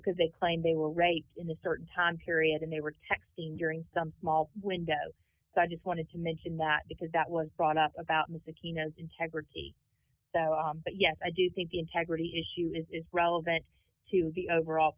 because they claim they were right in a certain time period and they were texting during some small window so i just wanted to mention that because that was brought up about mccain as integrity but yes i do think the integrity issue is relevant to the overall